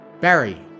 Barry